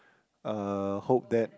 uh hope that